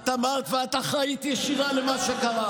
לא הייתה שרפת צמיגים אתמול או שאני לא ראיתי טוב,